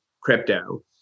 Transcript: crypto